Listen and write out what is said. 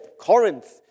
Corinth